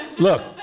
Look